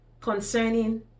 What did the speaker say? concerning